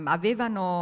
avevano